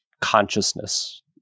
consciousness